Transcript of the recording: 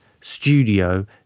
studio